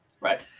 Right